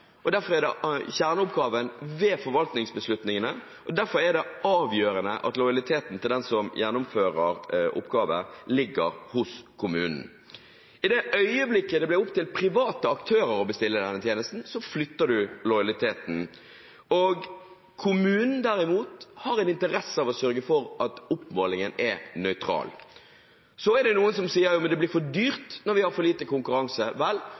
er kjerneoppgaven ved forvaltningsbeslutningene. Derfor er det avgjørende at lojaliteten til den som gjennomfører denne oppgaven, ligger hos kommunen. I det øyeblikket det blir opp til private aktører å bestille denne tjenesten, flytter vi lojaliteten. Kommunen, derimot, har en interesse av å sørge for at oppmålingen er nøytral. Så er det noen som sier at det blir for dyrt når vi har for lite konkurranse. Vel,